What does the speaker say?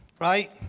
right